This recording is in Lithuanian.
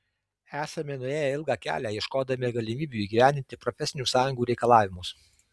esame nuėję ilgą kelią ieškodami galimybių įgyvendinti profesinių sąjungų reikalavimus